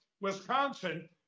Wisconsin